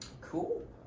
cool